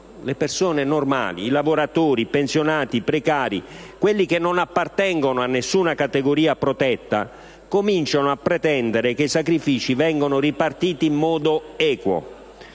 le persone normali, i lavoratori, i pensionati, i precari, quelli che non appartengono a nessuna categoria protetta, cominciano a pretendere che i sacrifici vengano ripartiti in modo equo.